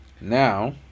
Now